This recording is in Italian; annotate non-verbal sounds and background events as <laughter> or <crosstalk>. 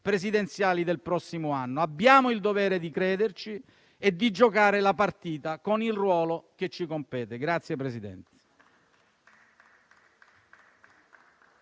presidenziali del prossimo anno. Abbiamo il dovere di crederci e di giocare la partita con il ruolo che ci compete. <applause>